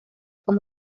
como